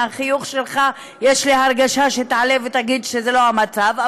מהחיוך שלך יש לי הרגשה שתעלה ותגיד שזה לא המצב,